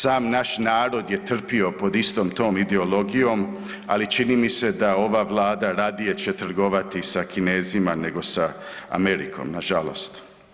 Sav naš narod je trpio pod istom tom ideologijom, ali čini mi se da ova vlada radije će trgovati sa Kinezima nego sa Amerikom nažalost.